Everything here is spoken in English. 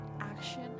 action